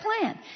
plan